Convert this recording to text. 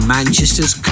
Manchester's